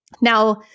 Now